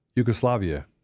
Yugoslavia